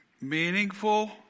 meaningful